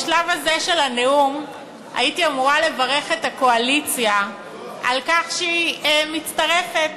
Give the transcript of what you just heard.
בשלב הזה של הנאום הייתי אמורה לברך את הקואליציה על כך שהיא מצטרפת